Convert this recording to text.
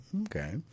Okay